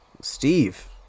Steve